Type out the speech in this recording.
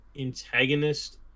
antagonist